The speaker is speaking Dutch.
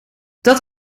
dat